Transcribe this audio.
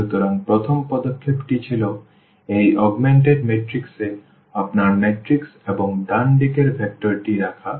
সুতরাং প্রথম পদক্ষেপটি ছিল এই অগমেন্টেড ম্যাট্রিক্স এ আপনার ম্যাট্রিক্স এবং ডান দিকের ভেক্টরটি রাখা